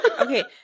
Okay